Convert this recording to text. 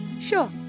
Sure